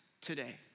today